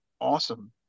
awesome